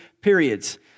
periods